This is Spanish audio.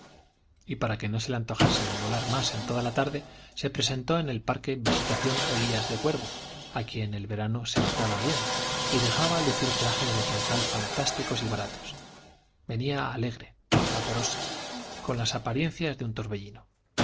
y para que no se le antojase volar más en toda la tarde se presentó en el parque visitación olías de cuervo a quien el verano sentaba bien y dejaba lucir trajes de percal fantásticos y baratos venía alegre vaporosa y con las apariencias de un torbellino